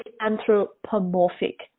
anthropomorphic